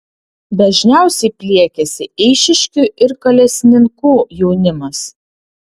dažniausiai pliekiasi eišiškių ir kalesninkų jaunimas